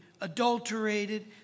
adulterated